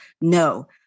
No